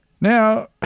Now